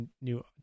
new